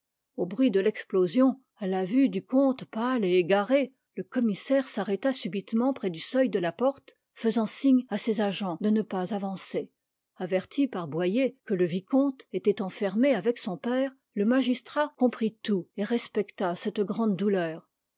au bruit de l'explosion à la vue du comte pâle et égaré le commissaire s'arrêta subitement près du seuil de la porte faisant signe à ses agents de ne pas avancer averti par boyer que le vicomte était enfermé avec son père le magistrat comprit tout et respecta cette grande douleur